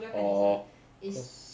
orh just